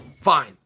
Fine